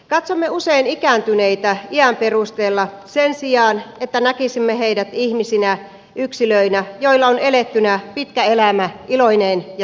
katsomme usein ikääntyneitä iän perusteella sen sijaan että näkisimme heidät ihmisinä yksilöinä joilla on elettynä pitkä elämä iloineen ja suruineen